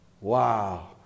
Wow